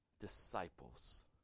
disciples